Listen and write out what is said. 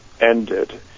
ended